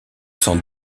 sans